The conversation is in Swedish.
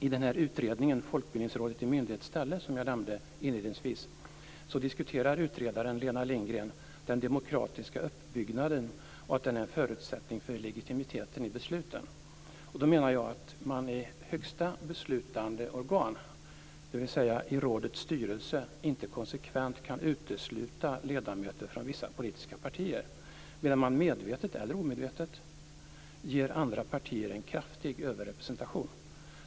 I utredningen Folkbildningsrådet i myndighets ställe, som jag nämnde inledningsvis, diskuterar utredaren Lena Lindgren att den demokratiska uppbyggnaden är en förutsättning för legitimiteten i besluten. Rådets högsta beslutande organ, rådets styrelse, kan inte konsekvent utesluta ledamöter från vissa politiska partier. Medvetet eller omedvetet ges andra partier en kraftig överrepresentation.